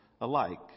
alike